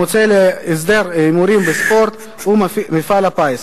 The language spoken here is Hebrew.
המועצה להסדר הימורים בספורט ומפעל הפיס,